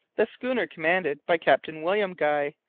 the schooner commanded by captain william guy!